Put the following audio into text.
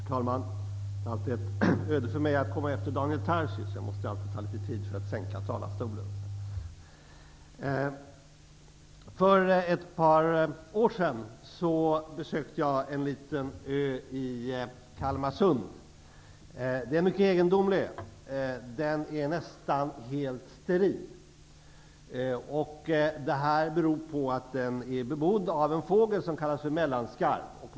Herr talman! Det är alltid ett öde för mig att komma efter Daniel Tarschys. Det tar alltid litet tid att sänka talarstolen. För ett par år sedan besökte jag en liten ö i Kalmarsund. Det är en mycket egendomlig ö. Den är nästan helt steril. Det beror på att den är bebodd av en fågel som kallas för mellanskarv.